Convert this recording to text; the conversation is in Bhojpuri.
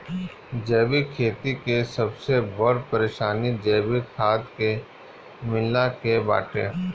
जैविक खेती के सबसे बड़ परेशानी जैविक खाद के मिलला के बाटे